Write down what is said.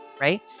right